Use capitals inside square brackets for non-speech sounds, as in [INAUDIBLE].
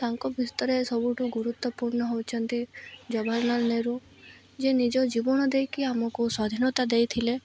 ତାଙ୍କ [UNINTELLIGIBLE] ରେ ସବୁଠୁ ଗୁରୁତ୍ୱପୂର୍ଣ୍ଣ ହେଉଛନ୍ତି ଜବାହାରନାଲ ନେହରୁ ଯେ ନିଜ ଜୀବନ ଦେଇକି ଆମକୁ ସ୍ୱାଧୀନତା ଦେଇଥିଲେ